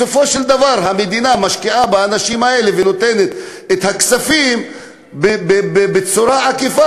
בסופו של דבר המדינה משקיעה באנשים האלה ונותנת את הכספים בצורה עקיפה,